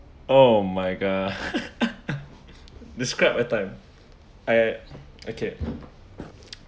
oh my god describe a time I okay